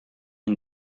une